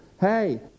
Hey